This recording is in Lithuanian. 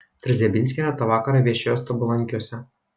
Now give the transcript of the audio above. trzebinskienė tą vakarą viešėjo stabulankiuose